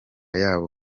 yabo